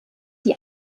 die